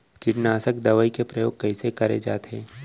कीटनाशक दवई के प्रयोग कइसे करे जाथे?